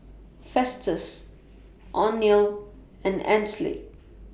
Festus Oneal and Ansley